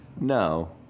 No